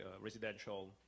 residential